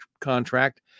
contract